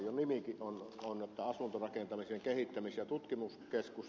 jo nimikin on asumisen rahoitus ja kehittämiskeskus